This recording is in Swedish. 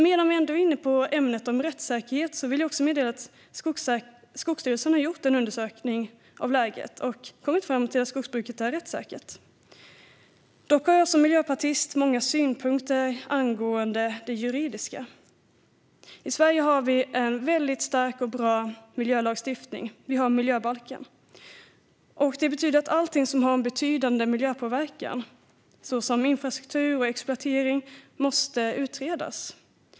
Medan vi ändå är inne på ämnet rättssäkerhet vill jag också meddela att Skogsstyrelsen har gjort en undersökning av läget och kommit fram till att skogsbruket är rättssäkert. Dock har jag som miljöpartist många synpunkter angående det juridiska. I Sverige har vi en väldigt stark och bra miljölagstiftning, miljöbalken. Det betyder att allt som har en "betydande miljöpåverkan", såsom infrastruktur och exploatering, måste utredas.